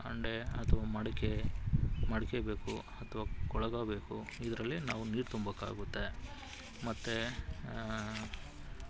ಹಂಡೆ ಅಥ್ವಾ ಮಡಿಕೆ ಮಡಿಕೆ ಬೇಕು ಅಥ್ವಾ ಕೊಳಗ ಬೇಕು ಇದರಲ್ಲಿ ನಾವು ನೀರು ತುಂಬೊಕ್ಕಾಗುತ್ತೆ ಮತ್ತು